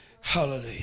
hallelujah